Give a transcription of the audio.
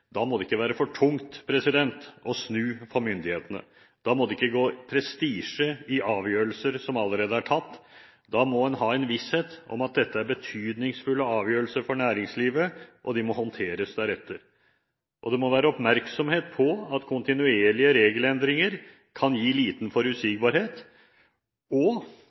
Da må det ikke være for tungt å snu for myndighetene. Det må ikke gå prestisje i avgjørelser som allerede er tatt. En må ha visshet om at dette er betydningsfulle avgjørelser for næringslivet, og de må håndteres deretter. En må være oppmerksom på at kontinuerlige regelendringer kan gi liten forutsigbarhet, og